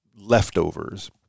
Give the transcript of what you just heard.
leftovers